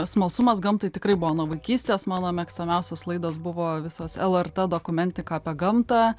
smalsumas gamtai tikrai buvo nuo vaikystės mano mėgstamiausios laidos buvo visos lrt dokumentika apie gamtą